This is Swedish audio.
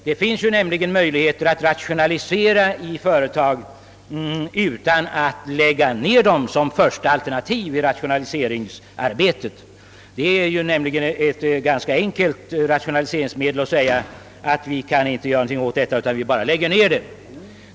Det finns nämligen möjligheter att rationalisera utan att som första alternativ tillgripa nedläggning. Att säga att man kan inte göra något annat än att lägga ned driften är ett ganska enkelt resonemang.